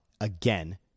again